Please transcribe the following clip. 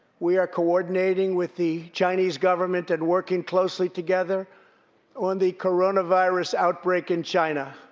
we are coordinating with the chinese government and working closely together on the coronavirus outbreak in china.